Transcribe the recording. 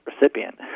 recipient